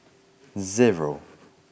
zero